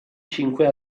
cinque